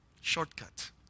Shortcut